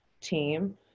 team